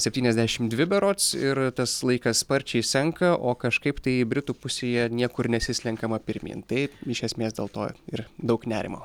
septyniasdešim dvi berods ir tas laikas sparčiai senka o kažkaip tai britų pusėje niekur nesislenkama pirmyn tai iš esmės dėl to ir daug nerimo